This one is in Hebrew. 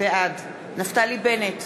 בעד נפתלי בנט,